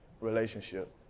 relationship